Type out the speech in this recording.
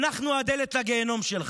אנחנו הדלת לגיהינום שלך.